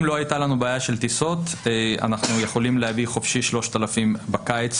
אם לא הייתה לנו בעיה של טיסות אנחנו יכולים להביא חופשי 3,000 בקיץ.